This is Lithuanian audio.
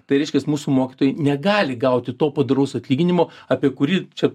tai reiškias mūsų mokytojai negali gauti to padoraus atlyginimo apie kurį čia